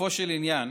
לגופו של עניין,